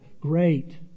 great